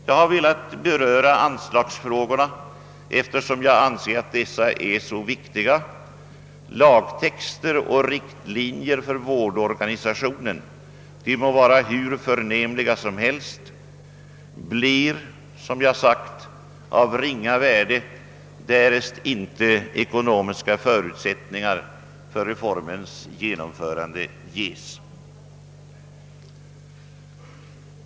Jag har velat beröra anslagsfrågorna därför att jag anser att de är så viktiga. Lagtexter och riktlinjer för vårdorganisationen må vara hur förnämliga som helst — de blir, som jag sagt, av ringa värde därest inte ekonomiska förutsättningar för reformens genomförande ges.